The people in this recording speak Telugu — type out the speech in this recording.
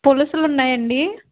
పులసలు ఉన్నాయా అండీ